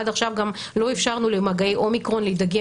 עד עכשיו גם לא אפשרנו למגעי אומיקרון להידגם